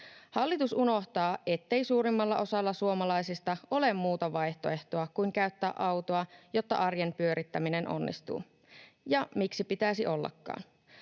Hallitus unohtaa, ettei suurimmalla osalla suomalaisista ole muuta vaihtoehtoa kuin käyttää autoa, jotta arjen pyörittäminen onnistuu, ja miksi pitäisi ollakaan.